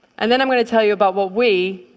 and then i'm going tell you about what we,